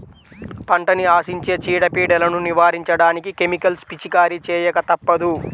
పంటని ఆశించే చీడ, పీడలను నివారించడానికి కెమికల్స్ పిచికారీ చేయక తప్పదు